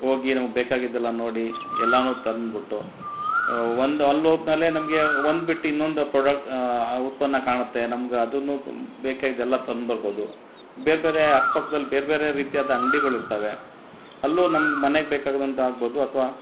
ಹೋಗಿ ನಮ್ಗೆ ಬೇಕಾಗಿದ್ದೆಲ್ಲ ನೋಡಿ ಎಲ್ಲವೂ ತಂದ್ಬಿಟ್ಟು ಒಂದು ಅಲ್ಲೋದ್ಮೇಲೆ ನಮಗೆ ಒಂದು ಬಿಟ್ಟು ಇನ್ನೊಂದು ಪ್ರೊಡಕ್ಟ್ ಉತ್ಪನ್ನ ಕಾಣುತ್ತೆ ನಮ್ಗೆ ಅದು ಬೇಕಾಗಿದ್ದೆಲ್ಲ ತಂದ್ಬಿಡ್ಬೋದು ಬೇರೆಬೇರೆ ಅಕ್ಪಕ್ದಲ್ಲಿ ಬೇರೆಬೇರೆ ರೀತಿಯಾದ ಅಂಗ್ದಿಗಳು ಇರ್ತಾವೆ ಅಲ್ಲೂ ನಮ್ಗೆ ಮನೆಗೆ ಬೇಕಾಗಿರುವಂಥ ಆಗ್ಬೋದು ಅಥವಾ